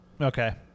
Okay